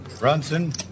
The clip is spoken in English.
Brunson